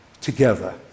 together